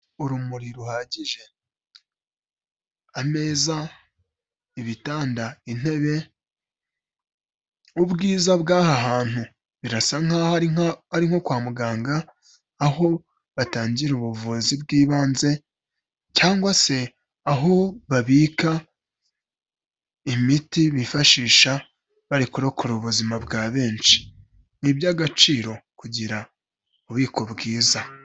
Urumuri ruhagije, ameza, ibitanda, intebe, ubwiza bw'aha hantu, birasa nk'aho ari nko kwa muganga, aho batangira ubuvuzi bw'ibanze, cyangwa se aho babika imiti bifashisha bari kurokora ubuzima bwa benshi, ni iby'agaciro kugira ububiko bwiza.